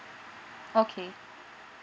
okay